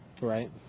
Right